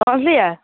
समझलिए